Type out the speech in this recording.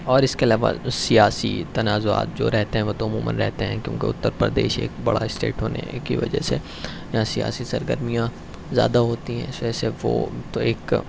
اور اس کے علاوہ جو سیاسی تنازعات جو رہتے ہیں وہ تو عموماً رہتے ہیں کیونکہ اتر پردیش ایک بڑا اسٹیٹ ہونے کی وجہ سے یہاں سیاسی سرگرمیاں زیادہ ہوتی ہیں اس وجہ سے وہ تو ایک